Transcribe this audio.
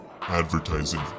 advertising